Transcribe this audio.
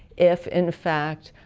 if in fact